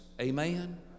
amen